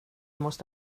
måste